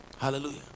Hallelujah